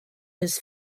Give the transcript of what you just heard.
his